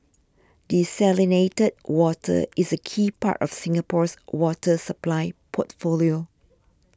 desalinated water is a key part of Singapore's water supply portfolio